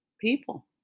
people